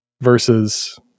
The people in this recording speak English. versus